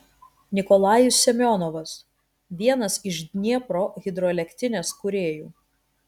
nikolajus semionovas vienas iš dniepro hidroelektrinės kūrėjų